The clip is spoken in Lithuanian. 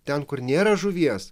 ten kur nėra žuvies